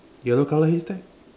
yellow color haystack